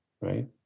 right